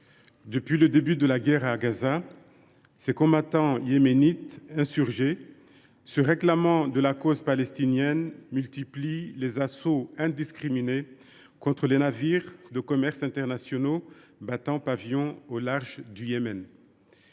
Depuis le début de la guerre à Gaza, ces combattants yéménites insurgés se réclamant de la cause palestinienne multiplient les assauts indiscriminés contre les navires de commerce internationaux battant pavillon au large du Yémen.